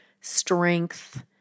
strength